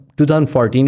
2014